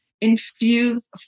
infuse